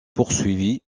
poursuivie